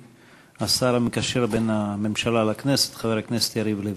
השר המקשר בין הממשלה לכנסת חבר הכנסת יריב לוין.